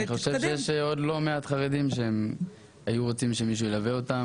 אני חושב שיש עוד לא מעט חרדים שהיו רוצים שמישהו ילווה אותם.